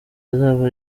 azaba